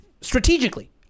strategically